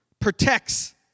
protects